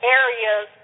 areas